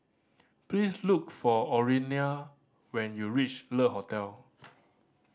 please look for Orlena when you reach Le Hotel